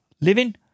Living